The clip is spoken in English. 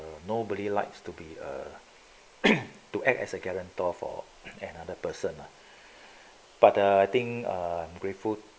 nobody likes to be a act as a guarantor for another person lah but I think grateful